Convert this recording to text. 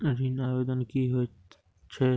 ऋण आवेदन की होय छै?